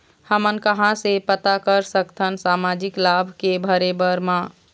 हमन कहां से पता कर सकथन सामाजिक लाभ के भरे बर मा?